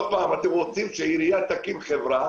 עוד פעם, אתם רוצים שעירייה תקים חברה.